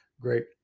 great